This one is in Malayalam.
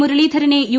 മുരളീധരനെ യു